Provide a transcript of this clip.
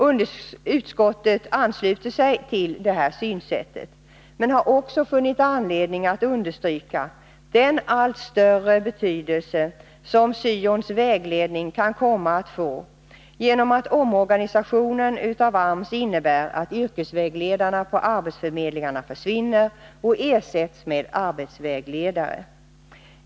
Utskottet ansluter sig till detta synsätt men har också funnit anledning att understryka den allt större betydelse som syons vägledning kan komma att få genom att omorganisationen av AMS innebär att yrkesvägledarna på arbetsförmedlingarna försvinner och ersätts av arbetsvägledare.